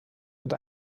und